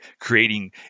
creating